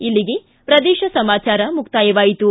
ಇಲ್ಲಿಗೆ ಪ್ರದೇಶ ಸಮಾಚಾರ ಮುಕ್ತಾಯವಾಯಿತು